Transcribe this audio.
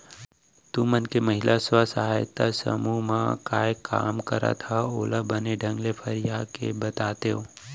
तुमन के महिला स्व सहायता समूह म काय काम करत हा ओला बने ढंग ले फरिया के बतातेव?